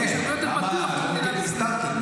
תרגיש הרבה יותר בטוח במדינת ישראל.